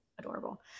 Adorable